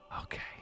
Okay